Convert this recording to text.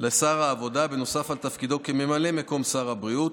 לשר העבודה נוסף על תפקידו כממלא מקום שר הבריאות.